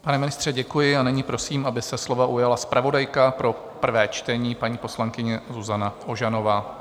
Pane ministře, děkuji a nyní prosím, aby se slova ujala zpravodajka pro prvé čtení, paní poslankyně Zuzana Ožanová.